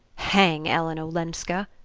hang ellen olenska!